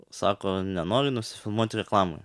sako nenori nusifilmuoti reklamoje